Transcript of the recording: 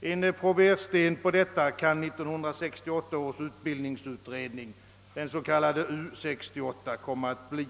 En probersten på detta kan 1968 års utbildningsutredning, den s.k. U 68, komma att bli.